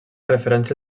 referència